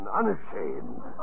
unashamed